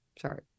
Sorry